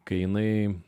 kai jinai